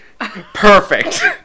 Perfect